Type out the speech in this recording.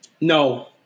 No